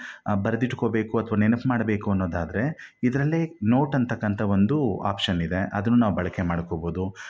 ಬರೆದಿಟ್ಕೋಬೇಕು ಅಥ್ವಾ ನೆನಪು ಮಾಡಬೇಕು ಅನ್ನೋದಾದರೆ ಇದರಲ್ಲೇ ನೋಟ್ ಅಂಥಕ್ಕಂಥ ಒಂದು ಆಪ್ಷನ್ ಇದೆ ಅದನ್ನ ನಾವು ಬಳಕೆ ಮಾಡ್ಕೋಬೋದು